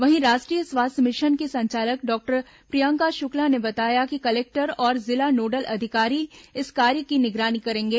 वहीं राष्ट्रीय स्वास्थ्य मिशन की संचालक डॉक्टर प्रियंका शुक्ला ने बताया कि कलेक्टर और जिला नोडल अधिकारी इस कार्य की निगरानी करेंगे